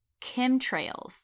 chemtrails